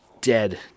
dead